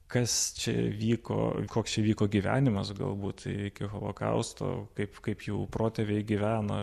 kas čia vyko koks čia vyko gyvenimas galbūt iki holokausto kaip kaip jų protėviai gyveno